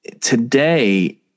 Today